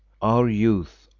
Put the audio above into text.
our youth,